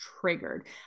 triggered